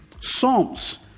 Psalms